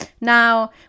now